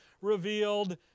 revealed